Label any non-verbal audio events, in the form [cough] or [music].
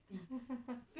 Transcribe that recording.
[laughs]